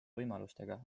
võimalustega